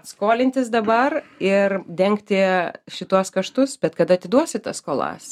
skolintis dabar ir dengti šituos kaštus bet kada atiduosi tas skolas